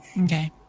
Okay